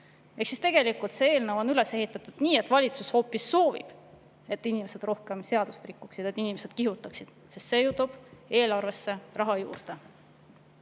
Ehk siis tegelikult on eelnõu üles ehitatud nii, et valitsus hoopis soovib, et inimesed rohkem seadust rikuksid, et inimesed kihutaksid, sest see toob eelarvesse raha juurde.